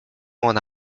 ona